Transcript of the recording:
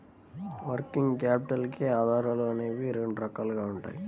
working capital కి ఆధారాలు అనేవి రెండు రకాలుగా ఉంటాయి